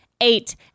eight